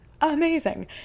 amazing